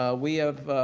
ah we have